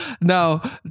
Now